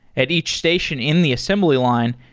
at each station in the assembly line,